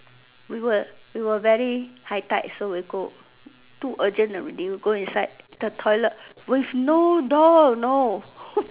we were we were very high tight so we go too urgent already when we go inside the toilet with no door no